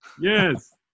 Yes